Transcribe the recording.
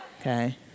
okay